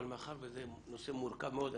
אבל מאחר וזה נושא מורכב מאוד,